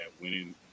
winning